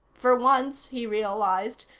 for once, he realized,